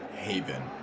haven